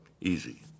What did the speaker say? easy